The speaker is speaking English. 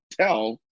tell